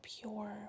pure